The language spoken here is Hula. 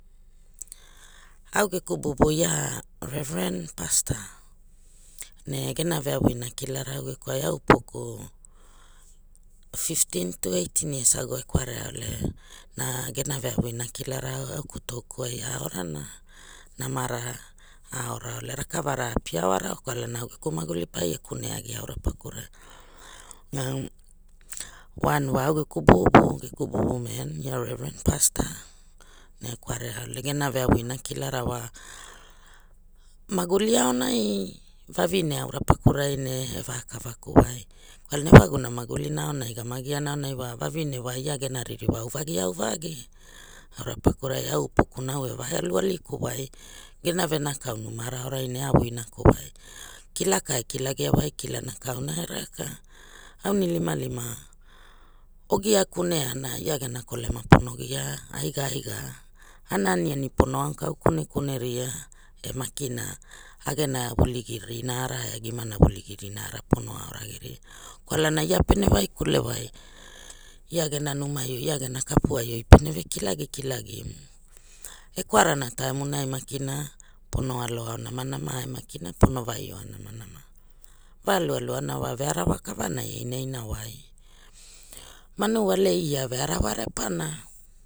Au geku bubu ia revren paster ne gena veavu na kilara au geku ai au upuku fiftin ta eitin hies ago e kwarea ole na gena veavu ina kilara au kutouku ai a aorana namara aora ole rakavara apiaorao kwalana au geku maguli omi eh kuneagia aura akurai na wan wa au geku bubu, geku bubu man ia revrenpasta na e kwarea ole gera veavu ina kilara wa, maguli aonai vavine aurapakurai ne eva kavaku wai kwalana ewaguna magulina aonai gama giara aonai wa vavine war ia gera ririwa auvagi auvagi aura pakurai au upuku au eva alu ali ku wai gena venakau numara aorai ne eaoinaku wai, kilaka e kilagia wai kilana kauna eh raka aunilimalima o gia kune ana ia gera kolema pono gia aiga aiga ana aniani pono aokou kunekune ria e makina agena vuligi rinara e gimana vuligi rinara pono ao rageria, kwalana ia pene waikule wai ia gena numai or ia gena kapuai oi pene ve kilagikilagimu, e kwarana taimu la makina pono aloau namanama e makina pono vaioa namanama. Va lualuana wa vearawa kavanai e inaina wa manuole ia vearawa repana